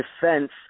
defense